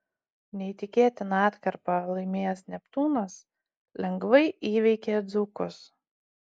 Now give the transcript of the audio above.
neįtikėtiną atkarpą laimėjęs neptūnas lengvai įveikė dzūkus